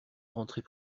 rentrer